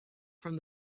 from